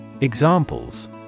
Examples